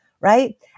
Right